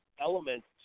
elements